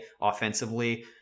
offensively